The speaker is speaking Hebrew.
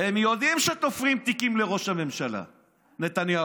הם יודעים שתופרים תיקים לראש הממשלה נתניהו.